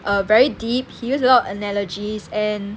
err very deep he use lot analogies and